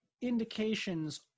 indications